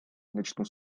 начну